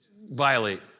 violate